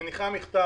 המשטרה הניחה מכתב